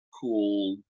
cool